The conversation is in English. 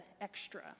extra